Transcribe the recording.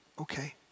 Okay